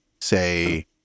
say